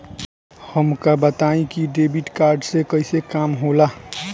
हमका बताई कि डेबिट कार्ड से कईसे काम होला?